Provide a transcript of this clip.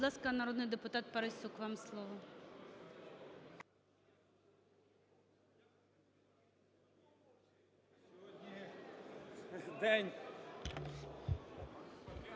Будь ласка, народний депутат Парасюк, вам слово.